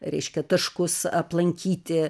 reiškia taškus aplankyti